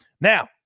now